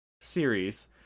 series